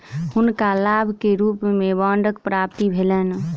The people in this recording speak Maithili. हुनका लाभ के रूप में बांडक प्राप्ति भेलैन